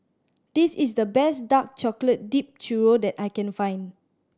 this is the best dark chocolate dipped churro that I can find